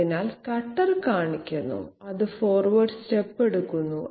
അതിനാൽ കട്ടർ കാണിക്കുന്നു അത് ഫോർവേഡ് സ്റ്റെപ് എടുക്കുന്നു